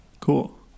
Cool